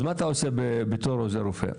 אז מה אתה עושה בתור עוזר רופא?